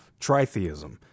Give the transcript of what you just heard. tritheism